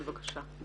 בבקשה.